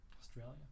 Australia